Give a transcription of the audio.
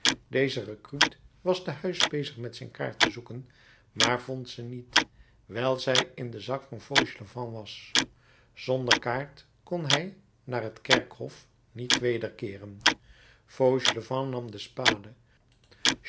deze rekruut was te huis bezig met zijn kaart te zoeken maar vond ze niet wijl zij in den zak van fauchelevent was zonder kaart kon hij naar het kerkhof niet wederkeeren fauchelevent nam de spade